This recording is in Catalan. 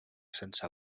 sense